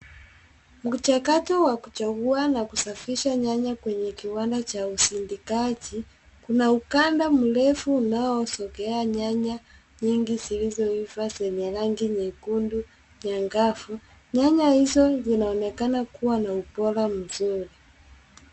Mchakato wa kuchagua na kusafisha nyanya kwenye kiwanda cha usindikaji kuna ukame mrefu unaosongea nyanya nyingi zilizoiva zenye rangi nyekundu nyangavu. Nyanya hizo zinaonekana kuwa na ubora mzuri.